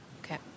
okay